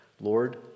Lord